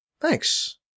Thanks